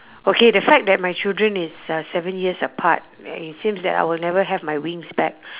okay the fact that my children is uh seven years apart it seems that I will never have my wings back